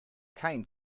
kein